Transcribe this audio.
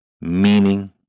meaning